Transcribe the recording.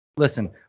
Listen